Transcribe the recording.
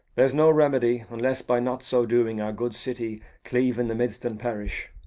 there's no remedy unless, by not so doing, our good city cleave in the midst, and perish.